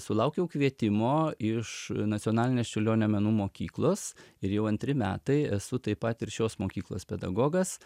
sulaukiau kvietimo iš nacionalinės čiurlionio menų mokyklos ir jau antri metai esu taip pat ir šios mokyklos pedagogas